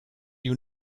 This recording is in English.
you